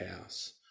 house